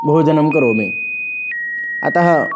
भोजनं करोमि अतः